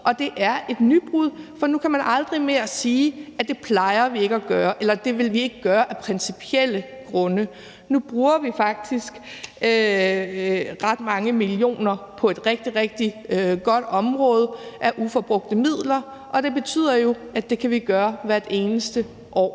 Og det er et nybrud, for nu kan man aldrig mere sige, at det plejer vi ikke at gøre, eller at det vil vi ikke gøre af principielle grunde. Nu bruger vi faktisk ret mange millioner på et rigtig, rigtig godt område. De kommer fra uforbrugte midler, og det betyder jo, at det kan vi gøre hvert eneste år.